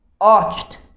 arched